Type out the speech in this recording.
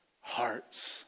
hearts